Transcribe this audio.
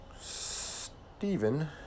Steven